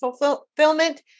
fulfillment